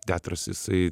teatras jisai